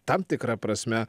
tam tikra prasme